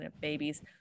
babies